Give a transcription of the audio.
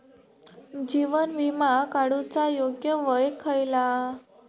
जीवन विमा काडूचा योग्य वय खयला?